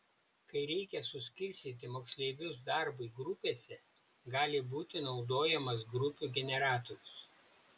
kai reikia suskirstyti moksleivius darbui grupėse gali būti naudojamas grupių generatorius